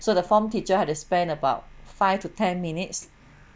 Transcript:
so the form teacher had to spend about five to ten minutes